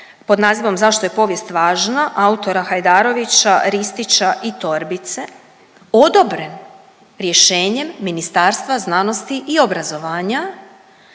pod nazivom „Zašto je povijest važna“ autora Hajdarovića, Ristića i Torbice odobren rješenjem Ministarstva znanosti i obrazovanja